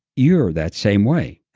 you are that same way.